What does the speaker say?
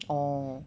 orh